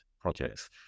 projects